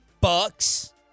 Bucks